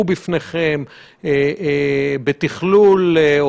הגורם המתכלל את המערך במלחמה במגיפה,